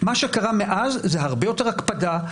מה שקרה מאז זה הרבה יותר הקפדה,